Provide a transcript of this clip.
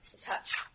Touch